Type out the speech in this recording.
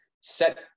set